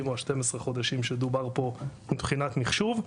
או 12 החודשים שדובר פה מבחינת מחשוב,